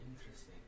Interesting